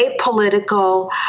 apolitical